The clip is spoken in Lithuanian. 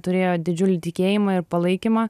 turėjo didžiulį tikėjimą ir palaikymą